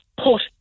put